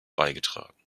beigetragen